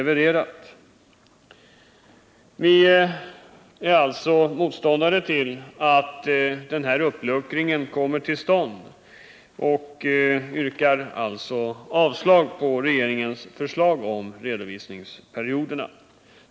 Vi är alltså motståndare till en ytterligare uppluckring av lagstiftningen på denna punkt och yrkar avslag på regeringens förslag om redovisningsperioderna.